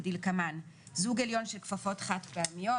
כדלקמן: זוג עליון כל כפפות חד פעמיות,